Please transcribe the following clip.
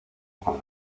con